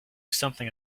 something